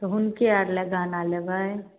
तऽ हुनके आर लय गहना लेबै